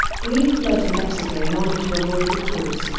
greene fled to mexico in order to avoid the courts,